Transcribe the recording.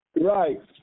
Right